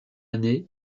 année